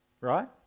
right